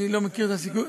אני לא מכיר את הסיפור,